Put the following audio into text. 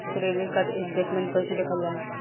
Credit card statement कइसे देखल जाला?